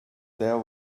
there